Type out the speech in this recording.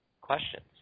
questions